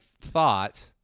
thought